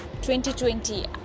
2020